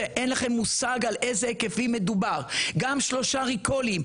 שאין לכם מושג על אילו היקפים מדובר; גם על שלושה Recalls,